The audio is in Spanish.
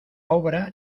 obra